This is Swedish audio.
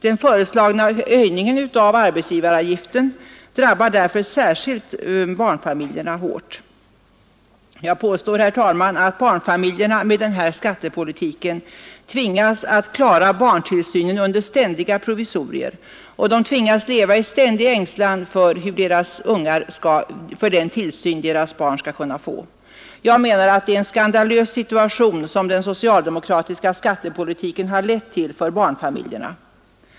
Den föreslagna höjningen av arbetsgivaravgiften drabbar därför barnfamiljerna särskilt hårt. Jag påstår, herr talman, att barnfamiljerna med den här skattepolitiken tvingas att klara barntillsynen under ständiga provisorier, tvingas leva i ständig ängslan för den tillsyn deras barn skall kunna få. Jag menar att det är en skandalös situation som den socialdemokratiska skattepolitiken har lett till för barnfamiljerna.